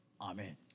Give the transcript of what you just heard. Amen